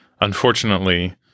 Unfortunately